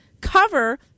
cover